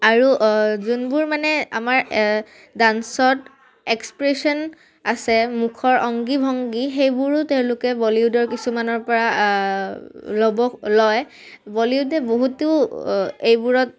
আৰু যোনবোৰ মানে আমাৰ ডান্সত এক্সপ্ৰেশ্যন আছে মুখৰ অংগী ভংগী সেইবোৰো তেওঁলোকে বলিউডৰ কিছুমানৰ পৰা ল'ব লয় বলিউডে বহুতো এইবোৰত